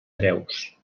hereus